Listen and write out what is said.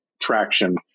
traction